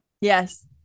Yes